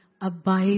abide